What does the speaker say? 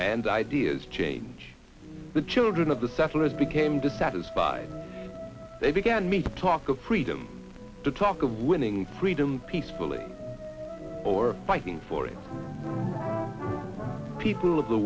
and ideas change the children of the settlers became dissatisfied they began meet talk of freedom to talk of winning freedom peacefully or fighting for its people of the